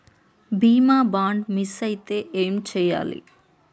బీమా bond miss అయితే ఏం చేయాలి?